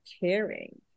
caring